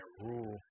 rule